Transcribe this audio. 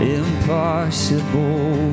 impossible